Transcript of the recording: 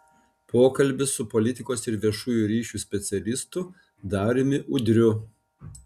pokalbis su politikos ir viešųjų ryšių specialistu dariumi udriu